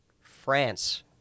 France